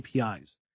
APIs